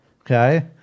Okay